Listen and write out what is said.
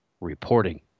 reporting